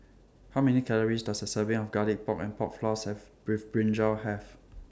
How Many Calories Does A Serving of Garlic Pork and Pork Floss Have with Brinjal Have